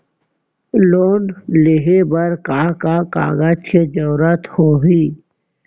Loan लेहे बर का का कागज के जरूरत होही?